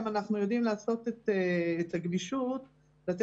שען כמובן על תקציבי הפרט ולייצר להם איזשהו חלק משלים מתוך